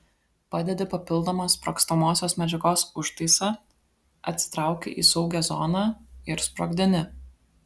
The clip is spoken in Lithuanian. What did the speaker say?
padedi papildomą sprogstamosios medžiagos užtaisą atsitrauki į saugią zoną ir sprogdini